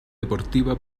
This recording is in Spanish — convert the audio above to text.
deportiva